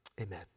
Amen